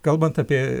kalbant apie